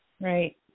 Right